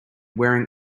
wearing